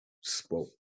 spoke